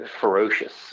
ferocious